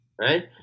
right